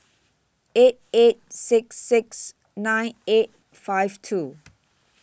eight eight six six nine eight five two